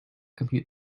compute